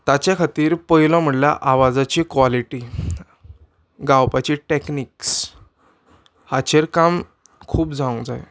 ताचे खातीर पयलो म्हणल्यार आवाजाची क्वॉलिटी गावपाची टॅक्निक्स हाचेर काम खूब जावंक जाय